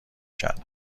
کردم